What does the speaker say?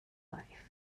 life